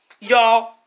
Y'all